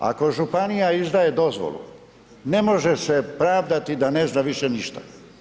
Ako županija izdaje dozvolu, ne može se pravdati da ne zna više ništa.